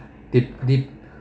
dep~ dep~